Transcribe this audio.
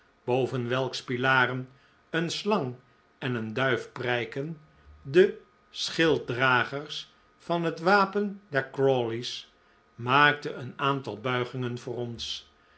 boven welks pilaren een slang en een duif prijken de schilddragers van het wapen der crawley's maakte een aantal buigingen voor ons